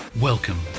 welcome